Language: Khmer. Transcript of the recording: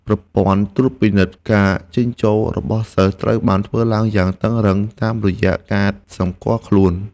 ប្រព័ន្ធត្រួតពិនិត្យការចេញចូលរបស់សិស្សត្រូវបានធ្វើឡើងយ៉ាងតឹងរ៉ឹងតាមរយៈកាតសម្គាល់ខ្លួន។